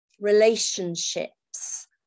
relationships